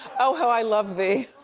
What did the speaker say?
oh, how i love thee.